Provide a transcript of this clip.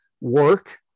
work